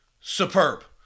superb